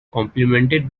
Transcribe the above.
complimented